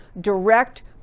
direct